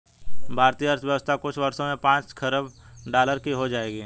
भारतीय अर्थव्यवस्था कुछ वर्षों में पांच खरब डॉलर की हो जाएगी